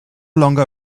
longer